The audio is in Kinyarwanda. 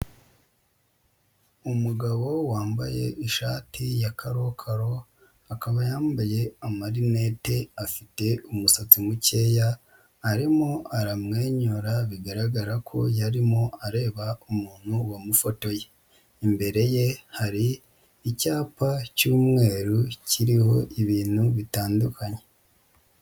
Umugabo wambaye ishati ya karokaro, akaba yambaye marinete afite umusatsi mukeya, arimo aramwenyura bigaragara ko yarimo areba umuntu wamufotoye. Imbere ye hari icyapa cy'umweru kiriho ibintu bitandukanye.